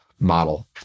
Model